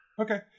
Okay